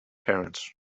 parents